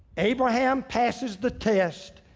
abraham passes the test.